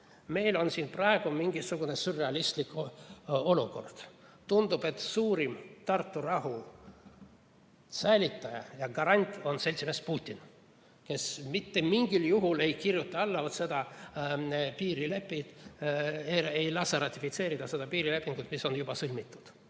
Meil on praegu mingisugune sürrealistlik olukord. Tundub, et suurim Tartu rahu säilitaja ja garant on seltsimees Putin, kes mitte mingil juhul ei kirjuta alla seda piirilepet, ei lase ratifitseerida seda piirilepingut, mis on sõlmitud.